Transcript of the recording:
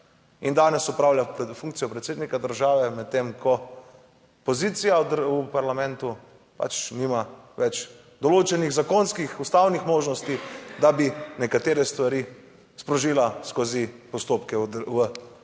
in danes opravlja funkcijo predsednika države, medtem ko pozicija v parlamentu pač nima več določenih zakonskih, ustavnih možnosti, da bi nekatere stvari sprožila skozi postopke v skupščini